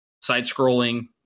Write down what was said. side-scrolling